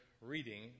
reading